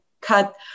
cut